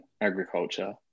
agriculture